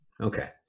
Okay